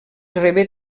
rebé